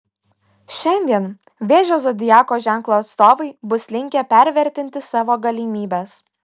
šiandien vėžio zodiako ženklo atstovai bus linkę pervertinti savo galimybes